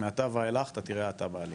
מעתה ואילך אתה תראה האטה בעלייה.